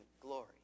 glory